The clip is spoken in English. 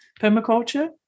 permaculture